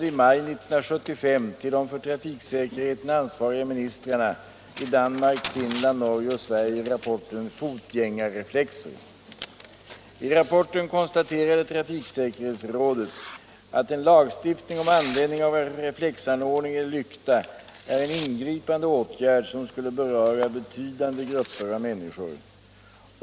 I rapporten konstaterade trafiksäkerhetsrådet ait en lagstiftning om användning av reflexanordning eller lykta är en ingripande åtgärd som skulle beröra betydande grupper av människor.